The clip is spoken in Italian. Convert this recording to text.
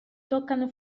toccano